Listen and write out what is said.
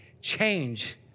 Change